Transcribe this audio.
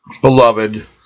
Beloved